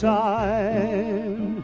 time